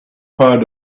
pad